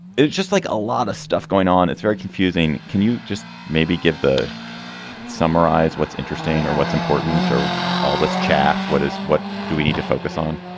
it's just like a lot of stuff going on. it's very confusing. can you just maybe give the summarize what's interesting or what's important or all this chaff? what is what do we need to focus on?